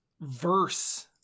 verse